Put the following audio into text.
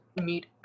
meet